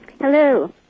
Hello